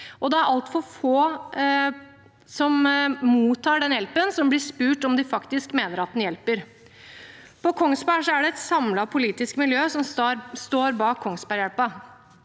det er altfor få som mottar den hjelpen, som blir spurt om de faktisk mener at den hjelper. På Kongsberg er det et samlet politisk miljø som står bak Kongsberghjelpa,